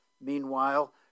Meanwhile